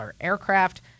aircraft